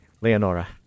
Leonora